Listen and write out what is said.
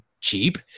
cheap